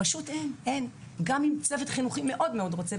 גם אם הצוות החינוכי מאוד מאוד רוצה,